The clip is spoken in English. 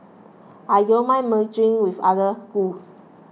I don't mind merging with other schools